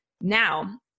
now